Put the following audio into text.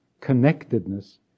connectedness